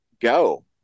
go